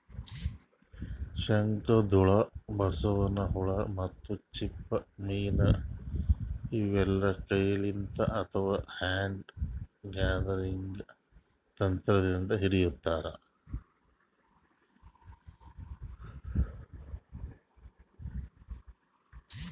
ಶಂಕದ್ಹುಳ, ಬಸವನ್ ಹುಳ ಮತ್ತ್ ಚಿಪ್ಪ ಮೀನ್ ಇವೆಲ್ಲಾ ಕೈಲಿಂತ್ ಅಥವಾ ಹ್ಯಾಂಡ್ ಗ್ಯಾದರಿಂಗ್ ತಂತ್ರದಿಂದ್ ಹಿಡಿತಾರ್